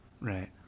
right